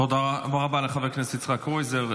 תודה רבה לחבר הכנסת יצחק קרויזר.